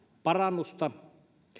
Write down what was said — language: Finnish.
parannusta